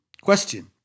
question